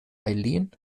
eileen